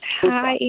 Hi